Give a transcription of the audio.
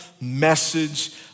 message